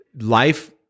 life